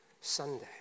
Sunday